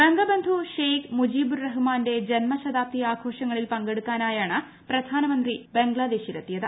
ബംഗബന്ധു ഷെയ്ഖ് മുജീബുർ റഹ്മാന്റെ ജന്മശതാബ്ദി ആഘോഷങ്ങളിൽ പങ്കെടുക്കാനായാണ് പ്രധാനമന്ത്രി ബംഗ്ലാദേശിൽ എത്തിയത്